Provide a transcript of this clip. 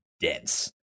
dense